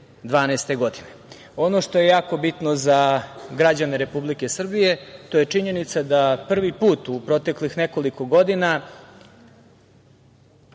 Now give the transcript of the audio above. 2012. godine. Ono što je jako bitno za građane Republike Srbije to je činjenica da prvi put u proteklih nekoliko godina